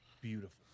beautiful